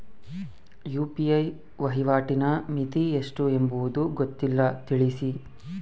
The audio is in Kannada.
ಯು.ಪಿ.ಐ ವಹಿವಾಟಿನ ಮಿತಿ ಎಷ್ಟು ಎಂಬುದು ಗೊತ್ತಿಲ್ಲ? ತಿಳಿಸಿ?